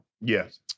Yes